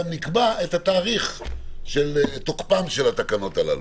נקבע את תאריך תוקפן של התקנות הלל.